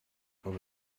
abo